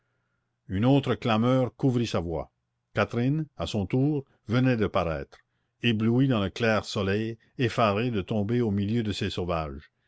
une autre clameur couvrit sa voix catherine à son tour venait de paraître éblouie dans le clair soleil effarée de tomber au milieu de ces sauvages